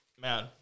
Man